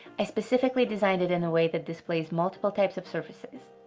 i specifically designed it in a way that displays multiple types of surfaces.